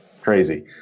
crazy